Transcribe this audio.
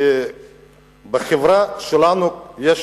כי בחברה שלנו יש